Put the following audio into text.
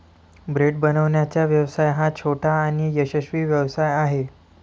bread बनवण्याचा व्यवसाय हा छोटा आणि यशस्वी व्यवसाय आहे